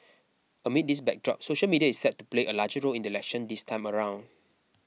amid this backdrop social media is set to play a larger role in the election this time around